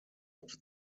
hatte